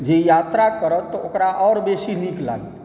जे यात्रा करत ओकरा आओर बेसी नीक लागतै